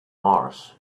mars